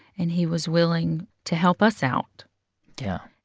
and he was willing to help us out yeah.